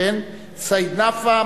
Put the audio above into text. סעיד נפאע,